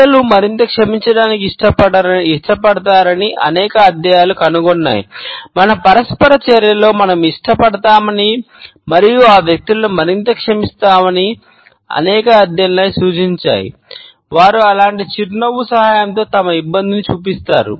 ప్రజలు మరింత క్షమించటానికి ఇష్టపడతారని అనేక అధ్యయనాలు కనుగొన్నాయి మన పరస్పర చర్యలో మనం ఇష్టపడతామని మరియు ఆ వ్యక్తులను మరింత క్షమిస్తావని అనేక అధ్యయనాలు సూచించాయి వారు అలాంటి చిరునవ్వు సహాయంతో తమ ఇబ్బందిని చూపిస్తారు